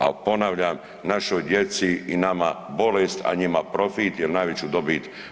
Ali ponavljam, našoj djeci i nama bolest, a njima profit jer najveću dobit.